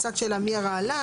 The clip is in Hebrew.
קצת שאלה מי הרעלן.